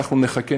אנחנו נחכה,